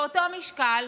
באותו משקל,